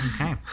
Okay